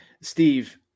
steve